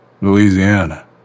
Louisiana